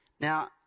Now